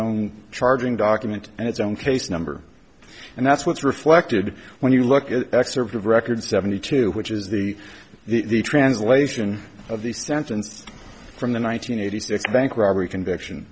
own charging document and its own case number and that's what's reflected when you look at excerpts of record seventy two which is the the translation of the sentence from the one nine hundred eighty six bank robbery conviction